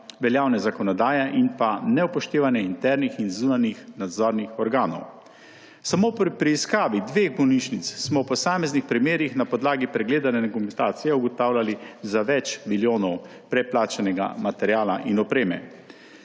veljavne zakonodaje in pa neupoštevanja internih in zunanjih nadzornih organov. Samo pri preiskavi dveh bolnišnic smo v posameznih primerih na podlagi pregledane dokumentacije ugotavljali za več milijonov preplačanega materiala in opreme.